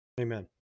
amen